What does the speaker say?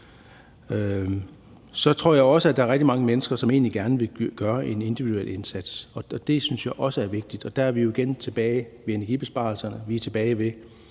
Så tror jeg også, at der er rigtig mange mennesker, som egentlig gerne vil gøre en individuel indsats. Og det synes jeg også er vigtigt, og der er vi jo igen tilbage ved energibesparelserne, vi er tilbage ved,